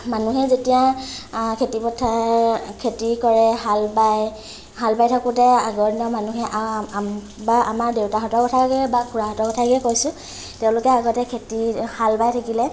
মানুহে যেতিয়া খেতি পথাৰ খেতি কৰে হাল বায় হাল বাই থাকোঁতে আগৰ দিনৰ মানুহে বা আমাৰ দেউতাহঁতৰ কথাকে বা খুৰাহঁতৰ কথাকে কৈছোঁ তেওঁলোকে আগতে খেতিৰ হাল বাই থাকিলে